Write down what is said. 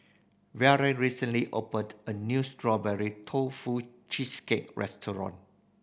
Verla recently opened a new Strawberry Tofu Cheesecake restaurant